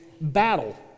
battle